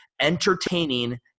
entertaining